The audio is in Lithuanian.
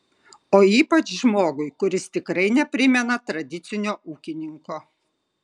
o ypač žmogui kuris tikrai neprimena tradicinio ūkininko